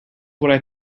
what